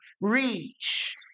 reach